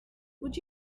would